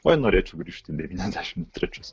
oi norėčiau grįžti į devyniasdešimt trečius